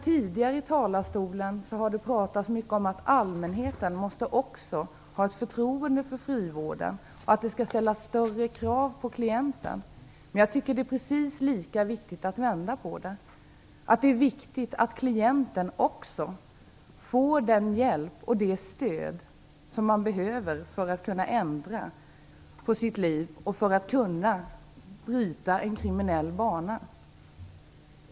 Tidigare har det här i denna talarstol sagts att allmänheten också måste ha ett förtroende för frivården. Det skall även ställas högre krav på klienten. Men precis lika viktigt är det att vända på detta: Det är viktigt att klienten också får den hjälp och det stöd som behövs för att han eller hon skall kunna ändra på sitt liv och för att kunna bryta en kriminell bana.